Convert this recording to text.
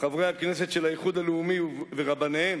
חברי הכנסת של האיחוד הלאומי ורבניהם,